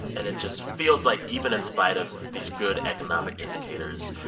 and it just feels like, even in spite of these good economic indicators,